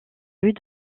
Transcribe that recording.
rues